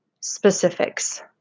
specifics